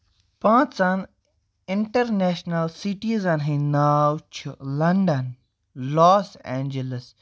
پانٛژَن international citizen ہٕنٛدۍ ناو چھِ لَنڈَن لوس اینجَلس